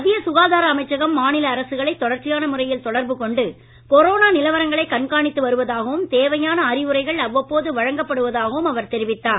மத்திய சுகாதார அமைச்சகம் மாநில அரசுகளை தொடர்ச்சியான முறையில் தொடர்பு கொண்டு கொரோனா நிலவரங்களை கண்காணித்து வருவதாகவும் தேவையான அறிவுரைகள் அவ்வப்போது வழங்கப்படுவதாகவும் அவர் தெரிவித்தார்